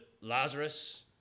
Lazarus